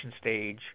stage